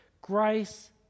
Grace